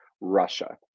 Russia